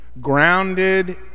grounded